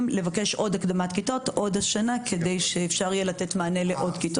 לבקש עוד הקדמת כיתות כבר השנה כדי שאפשר יהיה לתת מענה לעוד כיתות.